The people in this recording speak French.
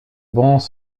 bancs